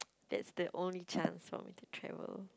that's the only chance for me to travel